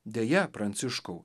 deja pranciškau